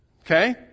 Okay